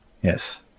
Yes